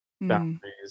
boundaries